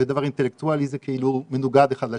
ודבר אינטלקטואלי זה כאילו מנוגד אחד לשני,